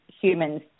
humans